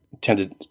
tended